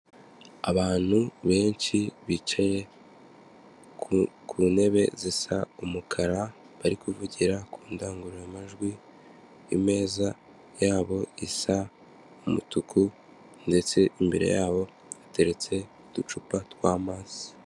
Abantu benshi bicaye ku ntebe zisa umukara, bari kuvugira ku ndangururamajwi, imeza ya bo isa umutuku ndetse imbere ya bo hateretse uducupa tw'amazi.